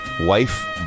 Wife